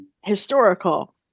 historical